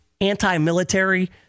anti-military